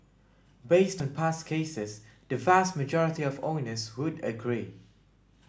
based on past cases the vast majority of owners would agree